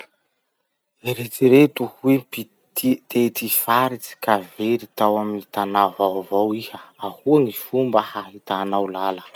Eritsereto hoe mpitity, tety faritsy ka very tao amin'ny tanà vaovao iha. Ahoa gny fomba hahitanao lala?